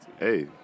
Hey